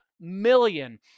million